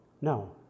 no